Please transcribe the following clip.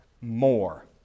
more